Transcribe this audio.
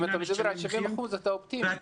על 70%, אתה אופטימי.